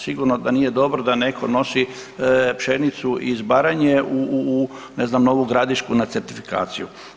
Sigurno da nije dobro da neko nosi pšenicu iz Baranje, u ne znam, Novu Gradišku na certifikaciju.